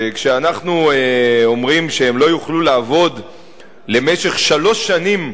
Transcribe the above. וכשאנחנו אומרים שהם לא יוכלו לעבוד למשך שלוש שנים,